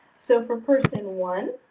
so, for person one